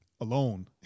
Alone